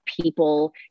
people